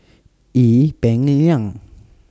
Ee Peng Liang